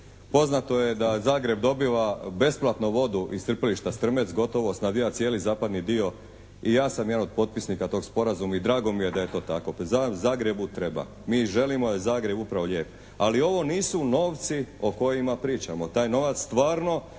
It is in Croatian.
Poznato je da Zagreb dobiva besplatno vodu iz crpilišta Strmec, gotovo snabdijeva cijeli zapadni dio i ja sam jedan od potpisnika tog sporazuma i drago mi je da je to tako. Zagrebu treba. Mi želimo, Zagreb … /Govornik se ne razumije./ … Ali ovo nisu novci o kojima pričamo. Taj novac stvarno